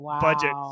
budget